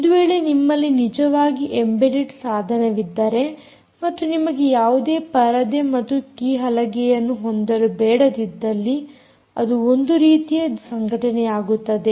ಒಂದು ವೇಳೆ ನಿಮ್ಮಲ್ಲಿ ನಿಜವಾಗಿ ಎಂಬೆಡೆಡ್ ಸಾಧನವಿದ್ದರೆ ಮತ್ತು ನಿಮಗೆ ಯಾವುದೇ ಪರದೆ ಮತ್ತು ಕೀಹಲಗೆಯನ್ನು ಹೊಂದಲು ಬೇಡದಿದ್ದಲ್ಲಿ ಅದು ಒಂದು ರೀತಿಯ ಸಂಘಟನೆಯಾಗುತ್ತದೆ